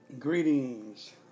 Greetings